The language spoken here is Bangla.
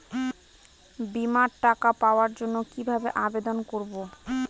বিমার টাকা পাওয়ার জন্য কিভাবে আবেদন করব?